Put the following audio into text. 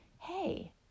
hey